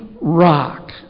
rock